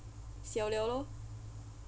siao liao lor